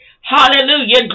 Hallelujah